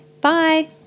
Bye